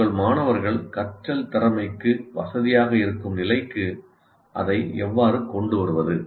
உங்கள் மாணவர்கள் கற்றல் திறமைக்கு வசதியாக இருக்கும் நிலைக்கு அதை எவ்வாறு கொண்டு வருவது